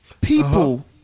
people